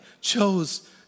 chose